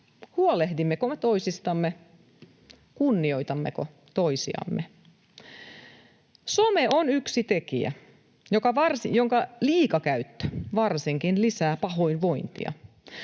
Huolehdimmekohan toisistamme? Kunnioitammeko toisiamme? Some on yksi tekijä, jonka liikakäyttö varsinkin lisää pahoinvointia.